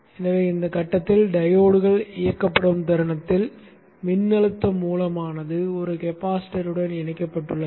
எனவே இந்த கட்டத்தில் டையோட்கள் இயக்கப்படும் தருணத்தில் மின்னழுத்த மூலமானது ஒரு கெபாசிட்டருடன் இணைக்கப்பட்டுள்ளது